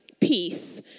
peace